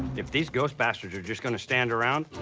if these ghost bastards are just gonna stand around,